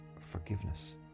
forgiveness